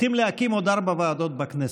צריכים להקים עוד ארבע ועדות בכנסת.